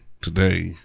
today